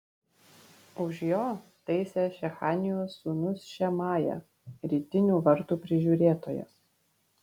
už jo taisė šechanijos sūnus šemaja rytinių vartų prižiūrėtojas